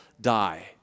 die